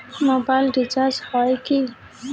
Mobile recharge হয় কি?